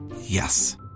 Yes